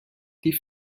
die